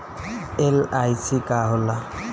LIC का होला?